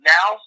Now